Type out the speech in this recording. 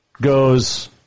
goes